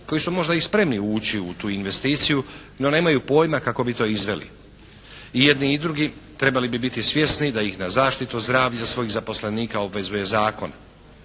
koji su možda i spremni ući u tu investiciju, no nemaju pojma kako bi to izveli. I jedni i drugi trebali bi biti svjesni da ih na zaštitu o zdravlje svojih zaposlenika obvezuje zakon.